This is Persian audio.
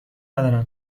ندارم